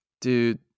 Dude